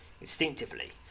Instinctively